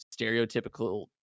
stereotypical